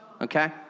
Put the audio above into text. okay